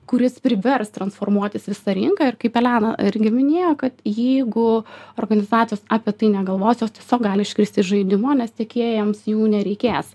kuris privers transformuotis visą rinką ir kaip elena irgi minėjo kad jeigu organizacijos apie tai negalvos jos tiesiog gali iškristi iš žaidimo nes tiekėjams jų nereikės